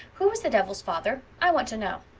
who was the devils father? i want to know.